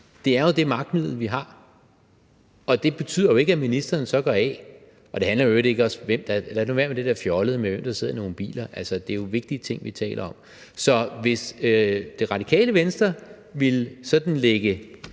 Det er jo det magtmiddel, vi har, og det betyder ikke, at ministeren så går af. Og lad nu i øvrigt være med det der fjollede noget med, hvem der sidder i nogle biler – altså, det er jo vigtige ting, vi taler om. Så hvis Det Radikale Venstre sådan ville